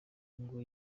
ngo